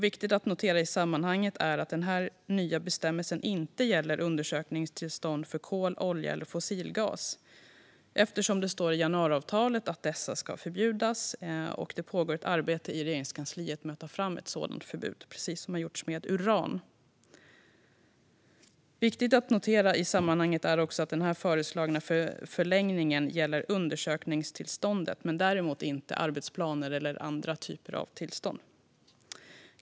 Viktigt att notera i sammanhanget är att den nya bestämmelsen inte gäller undersökningstillstånd för kol, olja eller fossilgas eftersom det står i januariavtalet att dessa ska förbjudas. Det pågår ett arbete i Regeringskansliet med att ta fram ett sådant förbud, precis som har gjorts när det gäller uran. Viktigt att notera i sammanhanget är också att den föreslagna förlängningen gäller undersökningstillstånd men inte arbetsplaner eller andra typer av tillstånd.